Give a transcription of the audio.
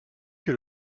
que